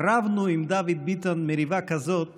רבנו עם דוד ביטן מריבה כזאת